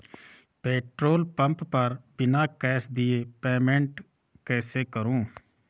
Petrol pump पर बिना cash दिए पेमेंट कैसे करूँ?